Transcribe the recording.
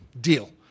deal